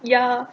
ya